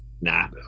Nah